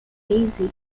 hazy